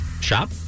shop